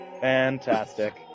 Fantastic